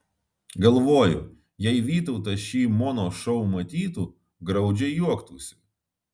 galvoju jei vytautas šį mono šou matytų graudžiai juoktųsi